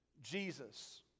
Jesus